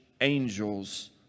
angels